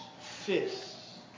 fists